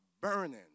burning